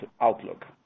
outlook